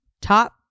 top